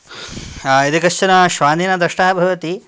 हा यदि कश्चन श्वानेन दष्टः भवति